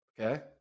Okay